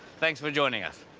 thanks for joining us.